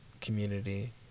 community